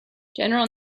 general